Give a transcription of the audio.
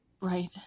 Right